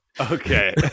Okay